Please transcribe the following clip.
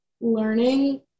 learning